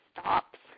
stops